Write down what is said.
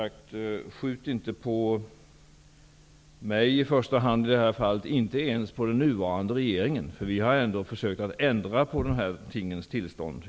Men skjut inte på mig i det här fallet och inte ens på den nuvarande regeringen! Vi har ändå försökt att ändra på detta tingens tillstånd.